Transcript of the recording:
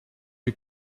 you